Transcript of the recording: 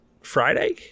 Friday